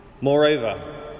Moreover